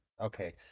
Okay